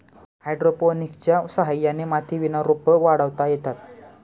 हायड्रोपोनिक्सच्या सहाय्याने मातीविना रोपं वाढवता येतात